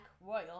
royal